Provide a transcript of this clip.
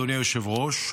אדוני היושב-ראש,